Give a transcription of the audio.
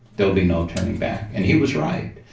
there will be no turning back. and he was right.